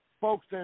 folks